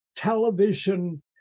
television